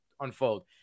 unfold